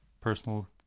personal